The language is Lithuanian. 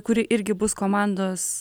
kuri irgi bus komandos